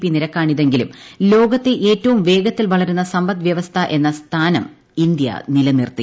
P നിരക്കാണിതെങ്കിലും ലോകത്തെ ഏറ്റവും വേഗത്തിൽ വളരുന്ന സമ്പദ് വ്യവസ്ഥ എന്ന സ്ഥാനം ഇന്ത്യ നിലനിർത്തി